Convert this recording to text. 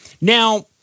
now